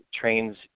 trains